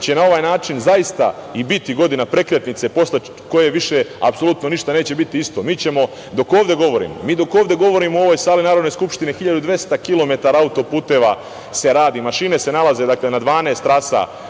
će na ovaj način zaista i biti godina prekretnice, posle koje više apsolutno ništa neće biti isto. Mi ćemo, dok ovde govorim, mi dok ovde govorimo u ovoj sali Narodne skupštine, 1.200 kilometara auto-puteva se radi, mašine se nalaze na 12 trasa